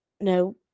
no